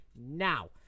Now